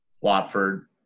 Watford